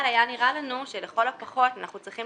אבל היה נראה לנו שלכל הפחות אנחנו צריכים